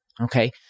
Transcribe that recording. Okay